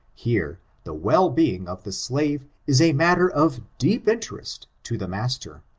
here the well being of the slave is a matter of deep interest to the master.